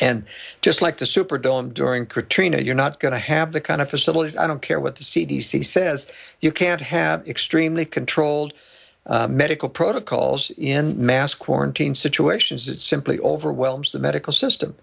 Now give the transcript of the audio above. and just like the superdome during katrina you're not going to have the kind of facilities i don't care what the c d c says you can't have extremely controlled medical protocols in mass quarantine situations that simply overwhelms the medical system